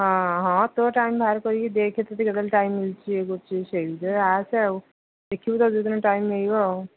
ହଁ ହଁ ତୋ ଟାଇମ୍ ବାହାର କରିକି ଦେଖେ ତୋତେ କେତେବେଳେ ଟାଇମ୍ ମିଳୁଛି ଇଏ କରୁଛି ସେ ଭିତରେ ଆସେ ଆଉ ଦେଖିବୁ ତ ତୋତେ ଯୋଉ ଦିନ ଟାଇମ୍ ମିଳିବ ଆଉ